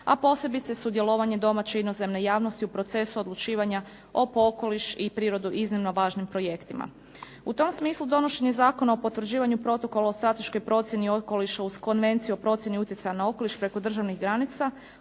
a posebice sudjelovanje domaće i inozemne javnosti u procesu odlučivanja o po okoliš i prirodu iznimno važnim projektima. U tom smislu donošenje Zakona o potvrđivanju Protokola o strateškoj procjeni okoliša uz Konvenciju o procjeni utjecaja na okoliš preko državnih granica,